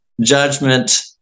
judgment